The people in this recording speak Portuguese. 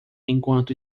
enquanto